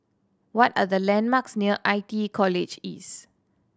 what are the landmarks near I T E College East